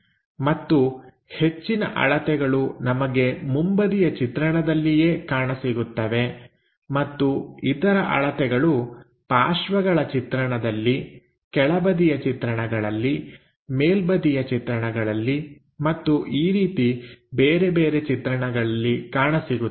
ಮತ್ತು ಹೆಚ್ಚಿನ ಅಳತೆಗಳು ನಮಗೆ ಮುಂಬದಿಯ ಚಿತ್ರಣದಲ್ಲಿಯೇ ಕಾಣ ಸಿಗುತ್ತವೆ ಮತ್ತು ಇತರ ಅಳತೆಗಳು ಪಾರ್ಶ್ವಗಳ ಚಿತ್ರಣದಲ್ಲಿ ಕೆಳ ಬದಿಯ ಚಿತ್ರಣಗಳಲ್ಲಿ ಮೇಲ್ಬದಿಯ ಚಿತ್ರಣಗಳಲ್ಲಿ ಮತ್ತು ಈ ರೀತಿ ಬೇರೆ ಬೇರೆ ಚಿತ್ರಣಗಳಲ್ಲಿ ಕಾಣ ಸಿಗುತ್ತವೆ